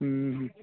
ହୁଁ ହୁଁ